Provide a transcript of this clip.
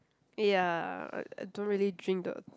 ya I I don't really drink the